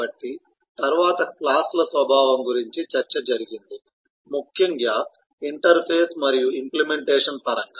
కాబట్టి తరువాత క్లాస్ ల స్వభావం గురించి చర్చ జరిగింది ముఖ్యంగా ఇంటర్ఫేస్ మరియు ఇంప్లీమెంటేషన్ పరంగా